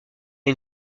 une